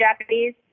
Japanese